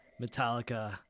Metallica